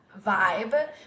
vibe